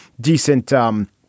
decent